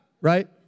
right